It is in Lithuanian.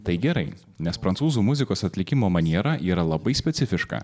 tai gerai nes prancūzų muzikos atlikimo maniera yra labai specifiška